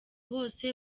bose